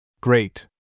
Great